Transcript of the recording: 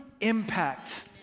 impact